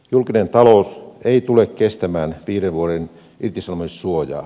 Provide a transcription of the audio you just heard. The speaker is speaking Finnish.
julkinen talous ei tule kestämään viiden vuoden irtisanomissuojaa